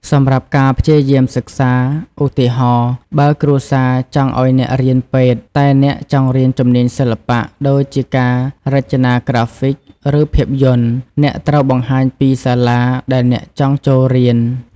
សម្រាប់ការព្យាយាមសិក្សា ឧទាហរណ៍ បើគ្រួសារចង់ឲ្យអ្នករៀនពេទ្យ តែអ្នកចង់រៀន ជំនាញសិល្បៈ ដូចជាការរចនាក្រាហ្វិក ឬភាពយន្ត អ្នកត្រូវបង្ហាញពី សាលា ដែលអ្នកចង់ចូលរៀន។